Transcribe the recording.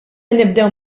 nibdew